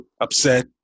upset